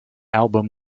album